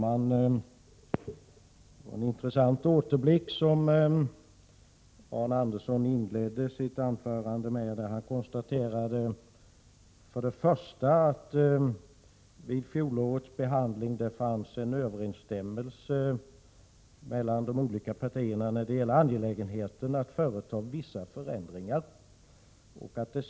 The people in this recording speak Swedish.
Herr talman! Arne Andersson i Gamleby inledde sitt anförande med en intressant återblick. Han konstaterade bl.a. att det vid fjolårets behandling av dessa frågor rådde överensstämmelse mellan partierna om angelägenhe ten av att företa vissa förändringar.